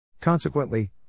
Consequently